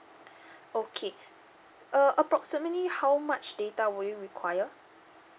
okay uh approximately how much data will you require